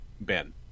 Ben